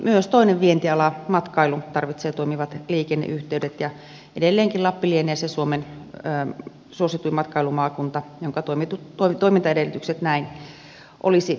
myös toinen vientiala matkailu tarvitsee toimivat liikenneyhteydet ja edelleenkin lappi lienee se suomen suosituin matkailumaakunta jonka toimintaedellytykset näin olisi turvattava